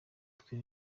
twe